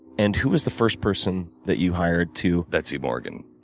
and who was the first person that you hired to betsey morgan.